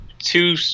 Two